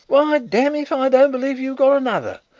why, damme if i don't believe you've got another!